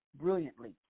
brilliantly